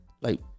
Like-